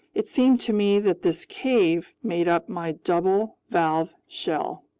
it seemed to me that this cave made up my double-valved shell.